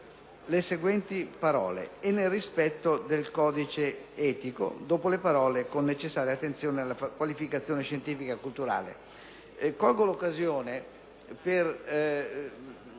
le seguenti parole: